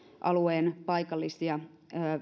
alueen paikallisia